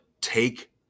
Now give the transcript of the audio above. take